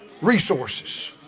resources